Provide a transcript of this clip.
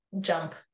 jump